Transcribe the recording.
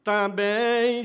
Também